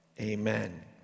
Amen